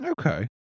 Okay